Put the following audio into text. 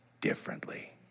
differently